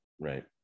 Right